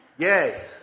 Yay